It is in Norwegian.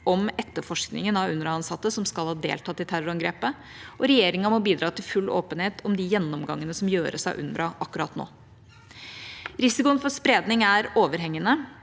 om etterforskningen av UNRWA-ansatte som skal ha deltatt i terrorangrepet, og regjeringa må bidra til full åpenhet om de gjennomgangene som gjøres av UNRWA akkurat nå. Risikoen for spredning er overhengende.